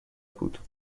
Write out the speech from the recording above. بود